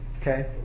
okay